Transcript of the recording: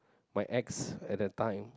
my ex at that time